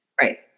Right